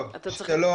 טוב, שלום.